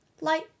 Light